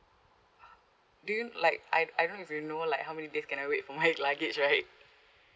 do you like I I don't know if you know like how many days can I wait for luggage right